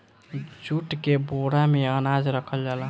jute के बोरा में अनाज रखल जाला